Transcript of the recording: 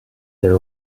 their